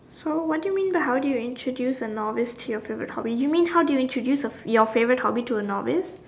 so what do you mean how do you introduce a novice to your favourite hobby you mean how do you introduce a your favourite hobby to a novice